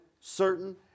certain